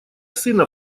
сына